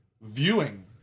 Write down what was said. viewing